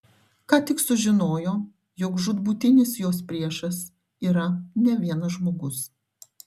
ką tik sužinojo jog žūtbūtinis jos priešas yra ne vienas žmogus